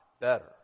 better